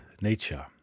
nature